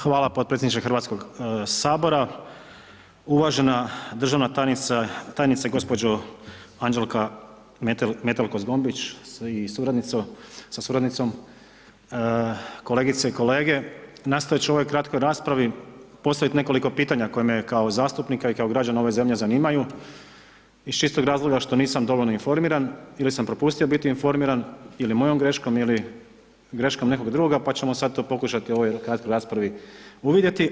Hvala podpredsjedniče Hrvatskog sabora, uvažena državna tajnica, tajnice gospođo Anđela Metelko Zgombić i suradnicu, sa suradnicom, kolegice i kolege, nastojat ću u ovoj kratkoj raspravi postavit nekoliko pitanja koja me kao zastupnika i kao građana ove zemlje zanimaju iz čistog razloga što nisam dovoljno informiran ili sam propustio biti informiran ili mojom graškom ili greškom nekoga drugoga pa ćemo sad to pokušati u ovoj raspravi uvidjeti.